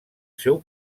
seu